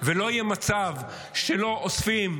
ולא יהיה מצב שלא אוספים,